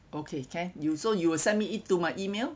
okay can you so you will send me it to my email